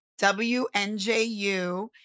WNJU